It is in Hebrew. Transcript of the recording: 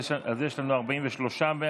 אז יש לנו 43 בעד,